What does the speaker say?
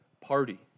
party